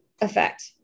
effect